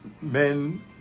men